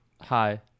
hi